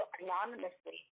anonymously